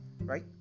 right